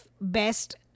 best